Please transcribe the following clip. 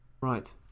Right